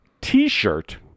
T-shirt